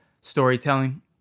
storytelling